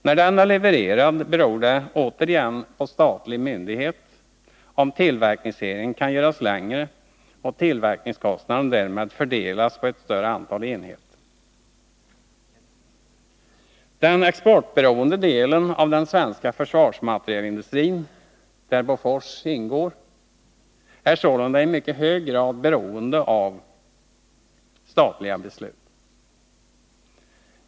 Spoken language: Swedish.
När denna är levererad beror det återigen på statlig myndighet om tillverkningsserien kan göras längre och utvecklingskostnaden därmed fördelas på ett större antal enheter. Den exportberoende delen av den svenska försvarsmaterielindustrin, där Bofors ingår, är sålunda i mycket hög grad beroende av statliga beslut.